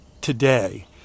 today